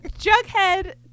Jughead